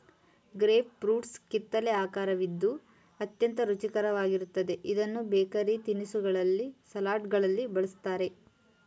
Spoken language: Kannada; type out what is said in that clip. ಗ್ರೇಪ್ ಫ್ರೂಟ್ಸ್ ಕಿತ್ತಲೆ ಆಕರವಿದ್ದು ಅತ್ಯಂತ ರುಚಿಕರವಾಗಿರುತ್ತದೆ ಇದನ್ನು ಬೇಕರಿ ತಿನಿಸುಗಳಲ್ಲಿ, ಸಲಡ್ಗಳಲ್ಲಿ ಬಳ್ಸತ್ತರೆ